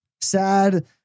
Sad